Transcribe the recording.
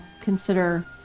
consider